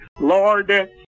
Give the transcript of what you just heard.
Lord